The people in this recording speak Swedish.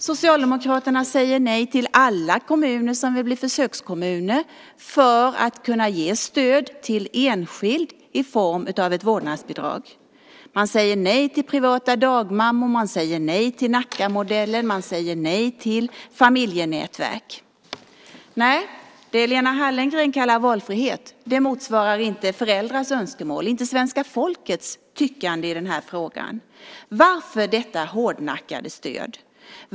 Socialdemokraterna säger nej till alla kommuner som vill bli försökskommuner för att kunna ge stöd till enskilda människor i form av ett vårdnadsbidrag. De säger nej till privata dagmammor. De säger nej till Nackamodellen. De säger nej till familjenätverk. Det som Lena Hallengren kallar valfrihet motsvarar inte föräldrars önskemål och svenska folkets tyckande i denna fråga. Varför detta hårdnackade stöd för det?